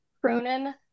Cronin